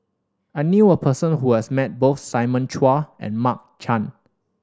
I knew a person who has met both Simon Chua and Mark Chan